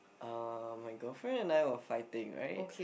uh my girlfriend and I were fighting right